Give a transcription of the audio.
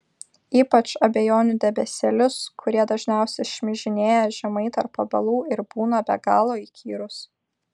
ypač abejonių debesėlius kurie dažniausiai šmižinėja žemai tarp obelų ir būna be galo įkyrūs